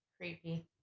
Creepy